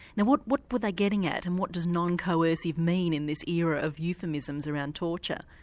now what what were they getting at, and what does non coercive mean in this era of euphemisms around torture?